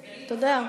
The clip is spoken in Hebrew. אתה יודע,